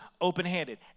open-handed